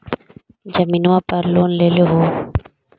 जमीनवा पर लोन लेलहु हे?